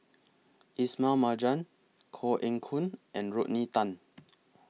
Ismail Marjan Koh Eng Hoon and Rodney Tan